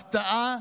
הפתעה?